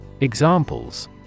Examples